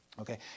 Okay